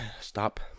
Stop